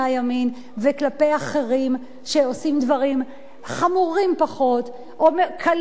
וכלפי אחרים שעושים דברים חמורים פחות או קלים יותר.